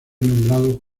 nombrado